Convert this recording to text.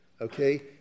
okay